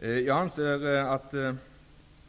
Jag anser att